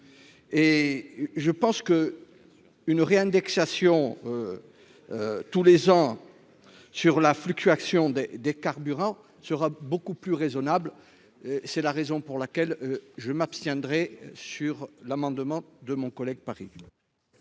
et je pense que une réindexation tous les ans sur la fluctuation des des carburants sera beaucoup plus raisonnables, c'est la raison pour laquelle je m'abstiendrai sur l'amendement de mon collègue, Paris.